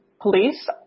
police